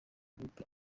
groupes